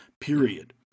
period